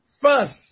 first